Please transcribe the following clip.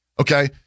Okay